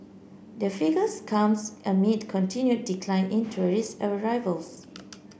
the figures comes amid continued decline in tourist arrivals